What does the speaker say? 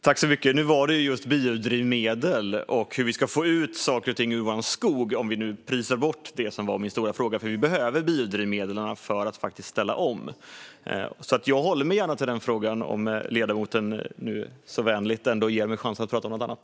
Fru talman! Nu var det ju just biodrivmedel och hur vi ska få ut saker och ting ur vår skog om vi prisar bort det som var min fråga. Vi behöver biodrivmedlen för att ställa om. Jag håller mig alltså gärna till den frågan även om ledamoten nu så vänligt gav mig chansen att prata om något annat.